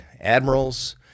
admirals